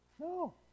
No